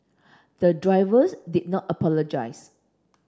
the drivers did not apologise